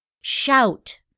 shout